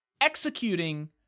executing